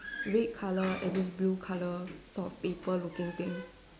red colour and it's blue colour sort of paper looking thing